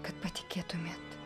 kad patikėtumėte